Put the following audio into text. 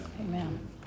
Amen